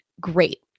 great